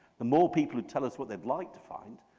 the more people would tell us what they'd like to find,